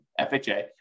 FHA